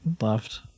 left